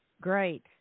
great